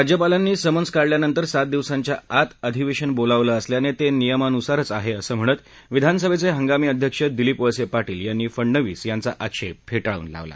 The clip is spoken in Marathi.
राज्यपालांनी समन्स काढल्यानंतर सात दिवसांच्या आत अधिवेशन बोलावलं असल्यानं ते नियमानुसारच आहे असं म्हणत विधानसभेचे हंगामी अध्यक्ष दिलीप वळसे पाटील यांनी फडणवीस यांचा आक्षेप फेटाळून लावला